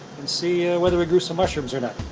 and see whether we grew some mushrooms or not.